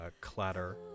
clatter